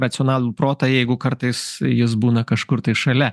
racionalų protą jeigu kartais jis būna kažkur šalia